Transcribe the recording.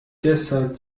deshalb